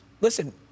Listen